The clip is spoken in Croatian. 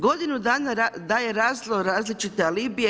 Godinu dana daje razno-različite alibije.